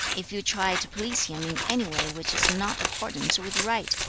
if you try to please him in any way which is not accordant with right,